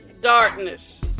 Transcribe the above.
darkness